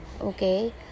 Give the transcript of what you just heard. okay